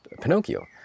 Pinocchio